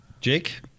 Jake